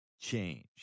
change